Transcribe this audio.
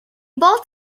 bought